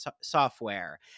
software